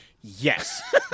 Yes